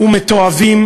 ומתועבים